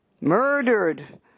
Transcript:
murdered